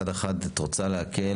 מצד אחד את רוצה להקל,